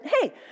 hey